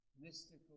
mystical